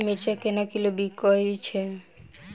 मिर्चा केना किलो बिकइ छैय?